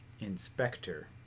Inspector